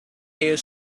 here